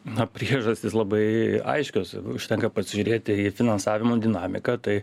na priežastys labai aiškios užtenka pasižiūrėti į finansavimo dinamiką tai